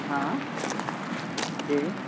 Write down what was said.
ہاں جی